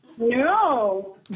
No